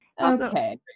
Okay